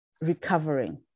recovering